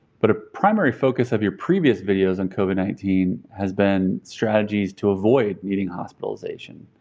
but a primary focus of your previous videos on covid nineteen has been strategies to avoid needing hospitalization.